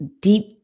deep